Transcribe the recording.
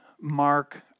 mark